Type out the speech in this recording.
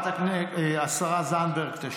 השרה זנדברג תשיב.